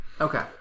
Okay